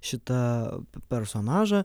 šitą personažą